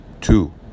two